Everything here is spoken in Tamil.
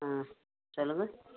ஆ சொல்லுங்கள்